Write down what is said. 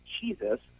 Jesus